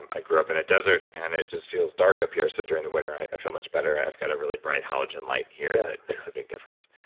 i grew up in a desert and it just feels dark up here. so during the winter i feel much better. i've got a really bright halogen light here that makes a big difference.